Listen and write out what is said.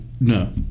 No